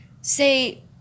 say